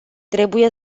trebuie